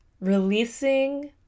releasing